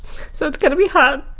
so it's going to be hard.